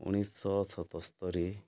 ଉଣେଇଶହ ସତସ୍ତୋରି